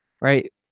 right